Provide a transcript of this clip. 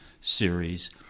series